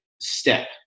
step